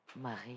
Maria